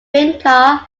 vinca